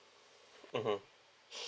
mmhmm